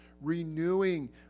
renewing